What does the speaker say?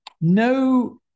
no